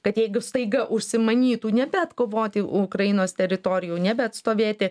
kad jeigu staiga užsimanytų nebeatkovoti ukrainos teritorijų nebeatstovėti